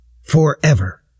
forever